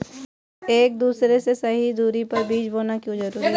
एक दूसरे से सही दूरी पर बीज बोना क्यों जरूरी है?